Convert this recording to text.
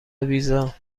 ویزا